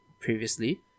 previously